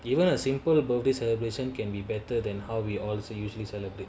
even a simple birthday celebration can be better than how we all also usually celebrate